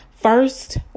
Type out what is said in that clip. First